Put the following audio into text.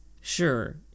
Sure